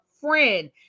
friend